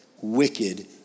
wicked